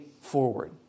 forward